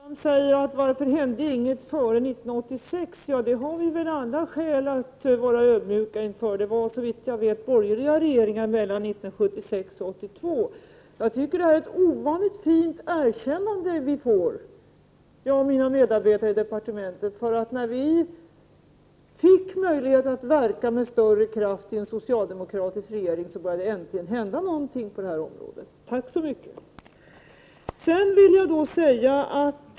Herr talman! Lars Ernestam frågar varför ingenting hände före år 1986. Vi har alla skäl att vara ödmjuka inför detta. Såvitt jag vet var det borgerliga regeringar 1976-1982. Jag tycker att jag och mina medarbetare i departementet får ett ovanligt fint erkännande. När vi fick möjlighet att verka med större kraft i en socialdemokratisk regering började det äntligen hända någonting på detta område. Tack så mycket!